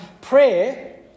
Prayer